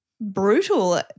brutal